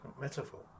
metaphor